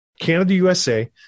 Canada-USA